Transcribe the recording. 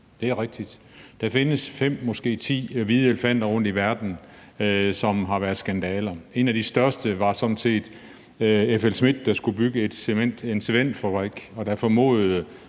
Det er rigtigt. Der findes fem, måske ti hvide elefanter rundt i verden, som har været skandaler. En af de største var sådan set FLSmidth, der skulle bygge en cementfabrik. På det tidspunkt